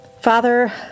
Father